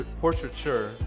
portraiture